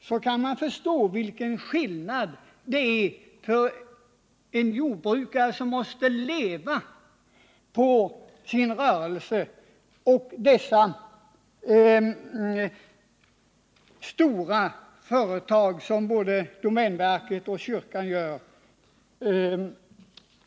Därför kan man förstå vilken skillnad det är mellan en jordbrukare som måste leva på sin rörelse och sådana stora företag som domänverket och kyrkan,